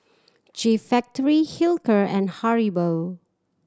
G Factory Hilker and Haribo